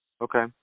Okay